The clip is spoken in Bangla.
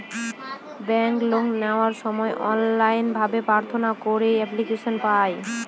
ব্যাঙ্কে লোন নেওয়ার অনলাইন ভাবে প্রার্থনা করে এপ্লিকেশন পায়